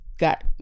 got